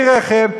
בלי רכב,